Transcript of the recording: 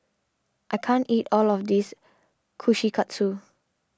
I can't eat all of this Kushikatsu